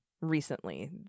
recently